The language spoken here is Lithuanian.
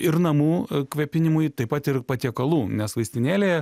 ir namų kvėpinimui taip pat ir patiekalų nes vaistinėlėje